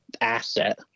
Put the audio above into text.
asset